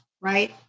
right